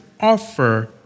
offer